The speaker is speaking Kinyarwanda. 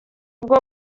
bwo